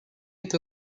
est